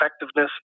effectiveness